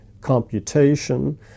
computation